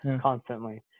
constantly